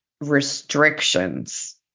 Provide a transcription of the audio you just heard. restrictions